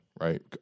right